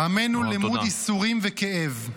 עמנו למוד ייסורים וכאב.